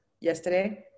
yesterday